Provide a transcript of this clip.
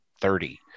thirty